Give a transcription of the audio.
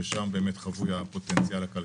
כי שם חבוי הפוטנציאל הכלכלי.